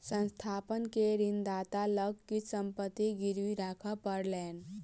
संस्थान के ऋणदाता लग किछ संपत्ति गिरवी राखअ पड़लैन